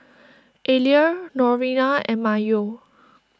Ariel Lorena and Mayo